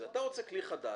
אתה רוצה כלי חדש,